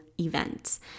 events